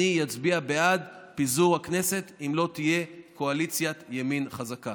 אני אצביע בעד פיזור הכנסת אם לא תהיה קואליציית ימין חזקה.